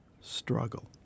struggle